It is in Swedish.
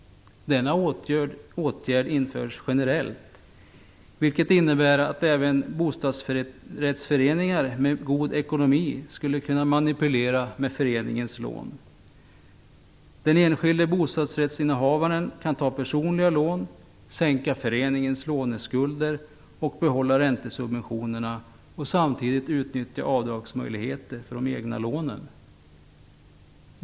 Denna åtgärd införs generellt, vilket innebär att bostadsrättsföreningar med god ekonomi skulle kunna manipulera med föreningens lån. De enskilda bostadsrättshavarna kan ta personliga lån, sänka föreningens låneskulder, behålla räntesubventionerna och samtidigt utnyttja möjligheten till avdrag för de egna lånen.